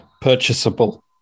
purchasable